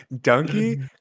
Donkey